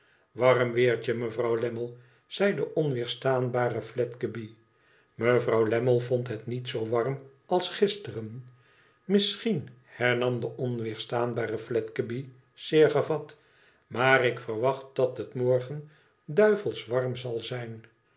warm weertje mevrouw lammie zei de onweerstaanbare fledgeby mevrouw lammie vond het niet zoo warm als gisteren misschien hernam de onweerstaanbare fledgeby zeer gevat i maar ik verwacht dat het morgen duivelsch warm zal zijn